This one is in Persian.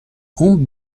اون